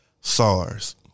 SARS